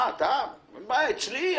גם מהחוויות האישיות